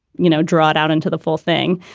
you know, draw it out into the full thing.